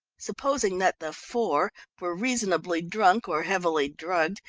supposing that the four were reasonably drunk or heavily drugged,